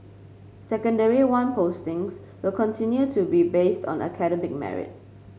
Secondary One postings will continue to be based on academic merit